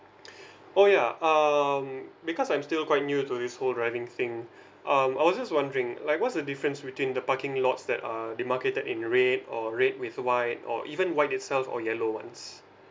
oh yeah um because I'm still quite new to this whole driving thing um I was just wondering like what's the difference between the parking lots that are demarcated in red or red with white or even white itself or yellow ones